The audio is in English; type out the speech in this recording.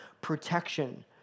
protection